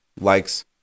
likes